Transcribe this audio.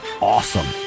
awesome